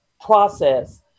process